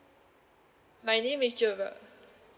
my name is joga